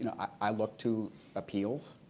i look to appeals.